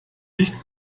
nicht